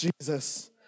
Jesus